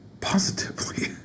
positively